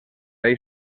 ell